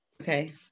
Okay